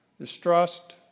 distrust